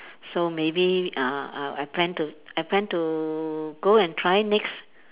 so maybe uh uh I plan to I plan to go and try next